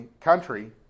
country